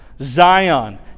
Zion